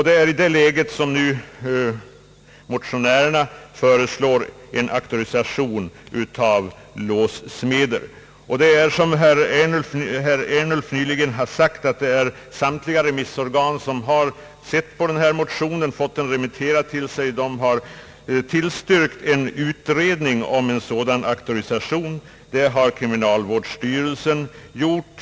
Det är i detta läge som motionärerna nu föreslår en auktorisation av låssmeder. Som herr Ernulf nyligen har sagt har samtliga remissorgan som yttrat sig över motionerna tillstyrkt en utredning om en auktorisation. Det har t.ex. kriminalvårdsstyrelsen gjort.